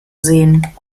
sehen